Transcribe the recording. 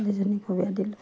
ছোৱালীজনীকো বিয়া দিলোঁ